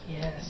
Yes